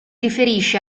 riferisce